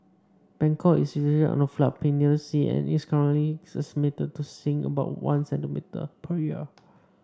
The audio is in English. Bangkok is situated on a floodplain near the sea and is currently estimated to sink about one centimetre per year